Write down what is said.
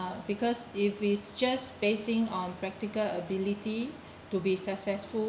because if it's just basing on practical ability to be successful